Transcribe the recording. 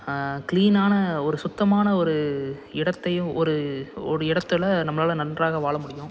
க்ளீனான ஒரு சுத்தமான ஒரு இடத்தையும் ஒரு ஒரு இடத்துல நம்மளால நன்றாக வாழ முடியும்